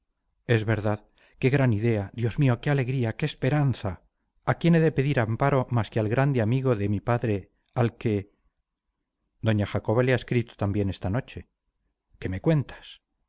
es verdad qué gran idea dios mío qué alegría qué esperanza a quién he de pedir amparo más que al grande amigo de mi padre al que doña jacoba le ha escrito también esta noche qué me cuentas